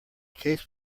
case